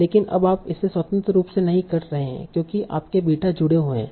लेकिन अब आप इसे स्वतंत्र रूप से नहीं कर रहे हैं क्योंकि आपके बीटा जुड़े हुए हैं